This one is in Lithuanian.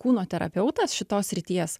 kūno terapeutas šitos srities